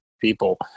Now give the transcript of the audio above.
people